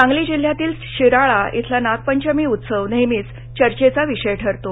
सांगली जिल्ह्यातील शिराळा इथला नागपंचमी उत्सव नेहमीच चर्चेचा विषय ठरतो